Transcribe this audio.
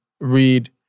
read